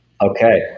Okay